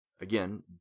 again